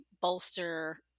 bolster